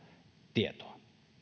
tietoa